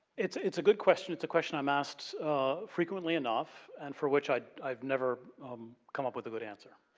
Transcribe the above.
it's it's a good question, it's a question i'm asked frequently enough and for which i've i've never come up with a good answer.